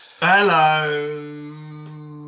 hello